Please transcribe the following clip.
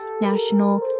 national